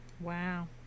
Wow